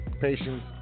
patience